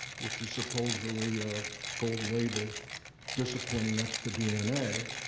which is supposedly a gold label discipline next to dna,